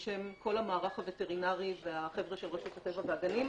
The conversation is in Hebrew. זה בשם כל המערך הווטרינרי והחבר'ה של רשות הטבע והגנים: